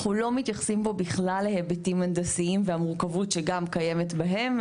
אנחנו לא מתייחסים פה בכלל להיבטים הנדסיים והמורכבות שגם קיימת בהם.